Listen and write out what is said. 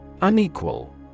Unequal